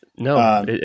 No